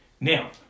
Now